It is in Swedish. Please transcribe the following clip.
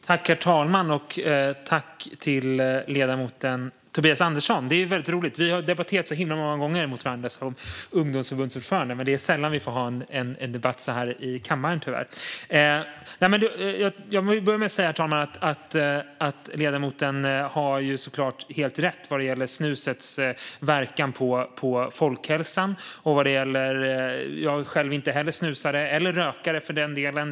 Herr talman! Jag tackar ledamoten Tobias Andersson. Det här är roligt. Vi har debatterat många gånger med varandra när vi var ungdomsförbundsordförande, men det är tyvärr sällan vi debatterar med varandra i kammaren. Herr talman! Ledamoten har såklart helt rätt vad gäller snusets verkan på folkhälsan. Jag är själv inte snusare eller rökare för den delen.